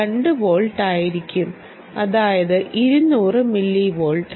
2 volt ആയിരിക്കും അതായത് 200 millivolt